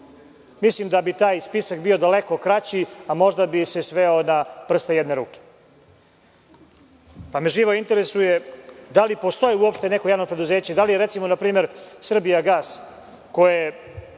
Mislim da bi taj spisak bio daleko kraći, a možda bi se sveo na prste jedne ruke. Živo me interesuje da li postoji uopšte neko javno preduzeće, da li recimo, npr. „Srbijagas“, koje